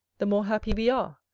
the more happy we are.